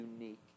unique